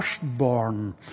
firstborn